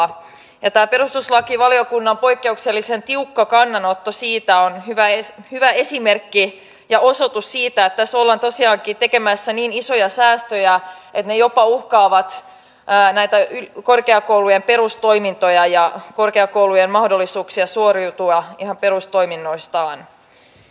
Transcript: tämä perustuslakivaliokunnan poikkeuksellisen tiukka kannanotto on hyvä esimerkki ja osoitus siitä että tässä ollaan tosiaankin tekemässä niin isoja säästöjä että ne jopa uhkaavat näitä korkeakoulujen perustoimintoja ja korkeakoulujen mahdollisuuksia suoriutua ihan perustoiminnoistaan